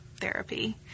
therapy